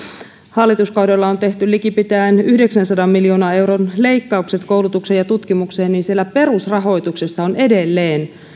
hallituskaudella on tehty likipitäen yhdeksänsadan miljoonan euron leikkaukset koulutukseen ja tutkimukseen niin perusrahoituksessa